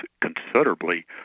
considerably